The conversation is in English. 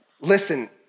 listen